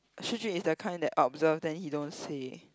Shi-Jun is the kind that observe then he don't say